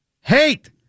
hate